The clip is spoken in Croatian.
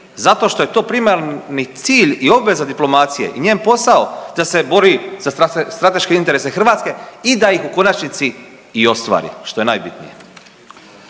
zato što je to primarni cilj i obveza diplomacije i njen posao da se bori za strateške interese Hrvatske i da ih u konačnici i ostvari, što je najbitnije.